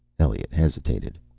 elliot hesitated.